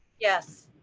yes.